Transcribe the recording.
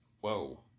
Whoa